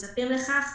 מצפים לכך,